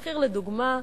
המחיר, לדוגמה: